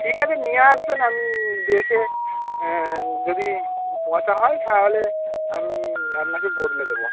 ঠিক আছে নিয়ে আসবেন আমি দেখে যদি পচা হয় তাহলে আমি আপনাকে বদলে দেবো